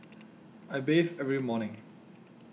I bathe every morning